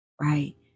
right